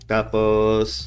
Tapos